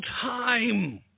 time